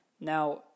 Now